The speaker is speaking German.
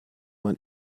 man